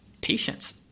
patience